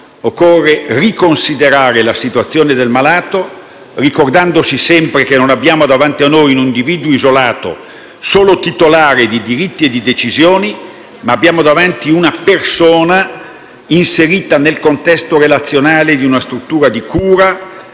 Occorre riconsiderare la situazione del malato, ricordandoci sempre che non abbiamo davanti a noi un individuo isolato, solo titolare di diritti e di decisioni, ma abbiamo davanti una persona inserita nel contesto relazionale di una struttura di cura,